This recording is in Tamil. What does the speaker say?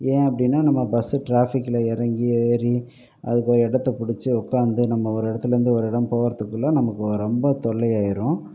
ஏன் அப்படினா நம்ம பஸ் ட்ராஃபிக்கில் இறங்கி ஏறி அதுக்கு ஒரு இடத்த பிடிச்சி உக்காந்து நம்ம ஒரு இடத்துலந்து ஒரு இடம் போகிறத்துக்குள்ள நமக்கு ரொம்ப தொல்லையாயிடும்